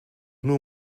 nur